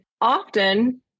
often